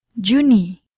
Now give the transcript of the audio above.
Juni